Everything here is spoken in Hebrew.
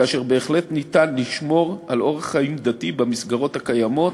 כאשר בהחלט ניתן לשמור על אורח חיים דתי במסגרות הקיימות,